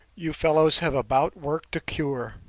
you fellows have about worked a cure